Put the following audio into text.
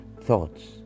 thoughts